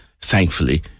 thankfully